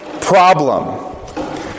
problem